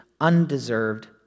undeserved